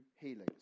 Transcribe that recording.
healings